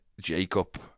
Jacob